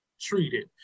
treated